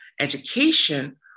education